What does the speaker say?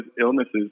illnesses